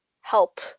help